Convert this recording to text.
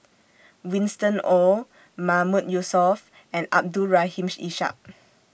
Winston Oh Mahmood Yusof and Abdul Rahim Ishak